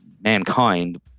mankind –